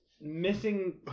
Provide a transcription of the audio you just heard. missing